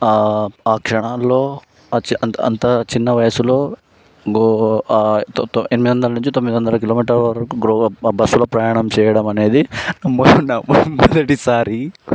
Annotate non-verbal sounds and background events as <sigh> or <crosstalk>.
ఆ క్షణాల్లో అంత అంత అంత చిన్న వయసులో గో ఎనిమిది వందల నుంచి తొమ్మిది వందల కిలోమీటర్లు <unintelligible> బస్సులో ప్రయాణం చేయడం అనేది మొదటిసారి